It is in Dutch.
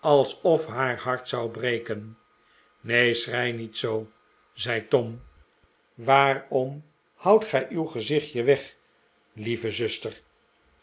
alsof haar hart zou breken neen schrei zoo niet zei tom waarom houdt gij uw gezichtje weg lieve zuster